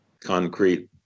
concrete